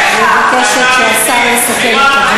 לא מתאימות לכאן,